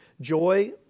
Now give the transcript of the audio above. Joy